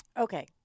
Okay